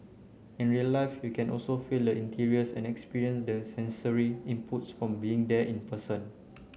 in real life you can also feel the interiors and experience the sensory inputs from being there in person